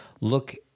look